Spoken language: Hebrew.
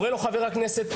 קורא לו חבר הכנסת,